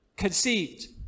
conceived